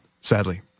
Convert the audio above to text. sadly